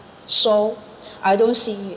so I don't see